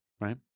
right